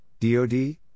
DOD